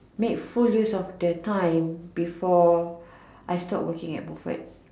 make full use of the time before I stop working at Wilford